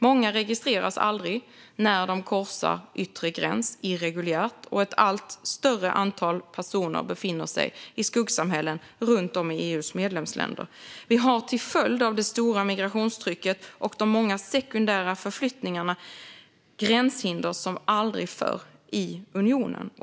Många registreras aldrig när de korsar yttre gräns irreguljärt, och ett allt större antal personer befinner sig i skuggsamhällen runt om i EU:s medlemsländer. Vi har till följd av det stora migrationstrycket och de många sekundära förflyttningarna gränshinder som aldrig förr i unionen.